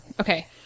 Okay